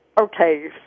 Okay